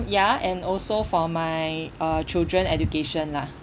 ya and also for my uh children education lah